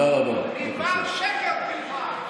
מדבר שקר תרחק.